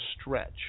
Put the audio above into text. stretch